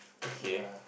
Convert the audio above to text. yea